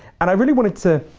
and i really wanted to,